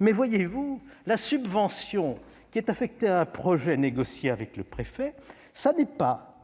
mais, voyez-vous, la subvention affectée à un projet négocié avec le préfet n'équivaut